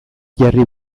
jarri